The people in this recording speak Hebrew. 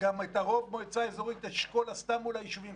את הרוב מועצה אזורית אשכול עשתה מול היישובים,